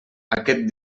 aquest